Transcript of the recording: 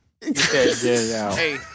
Hey